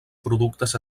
productes